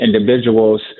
individuals